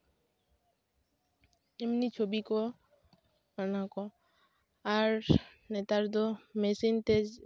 ᱮᱢᱱᱤ ᱪᱷᱚᱵᱤ ᱠᱚ ᱚᱱᱟ ᱠᱚ ᱟᱨ ᱱᱮᱛᱟᱨ ᱫᱚ ᱢᱮᱥᱤᱱᱛᱮ